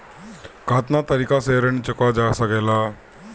कातना तरीके से ऋण चुका जा सेकला?